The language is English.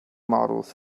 models